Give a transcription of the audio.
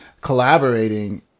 collaborating